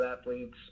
athletes